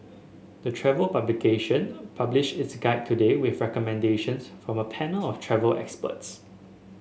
the travel publication published its guide today with recommendations from a panel of travel experts